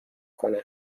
کنم